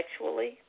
sexually